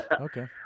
okay